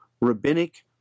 Rabbinic